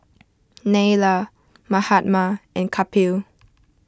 Neila Mahatma and Kapil